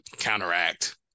counteract